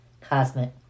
cosmic